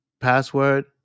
password